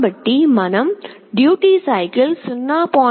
కాబట్టి మనం duty cycle 0